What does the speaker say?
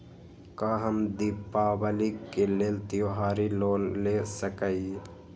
का हम दीपावली के लेल त्योहारी लोन ले सकई?